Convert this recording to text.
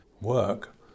work